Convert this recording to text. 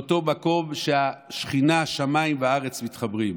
מאותו מקום שהשכינה שמיים וארץ מתחברים.